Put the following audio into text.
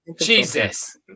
Jesus